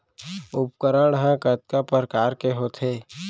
उपकरण हा कतका प्रकार के होथे?